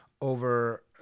over